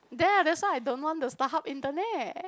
there that's why I don't want the Starhub internet